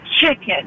chicken